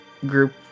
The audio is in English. group